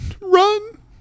run